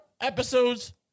episodes